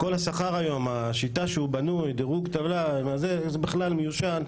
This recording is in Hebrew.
כל השכר היום, השיטה שהוא בנוי, זה בכלל מיושן.